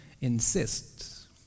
insists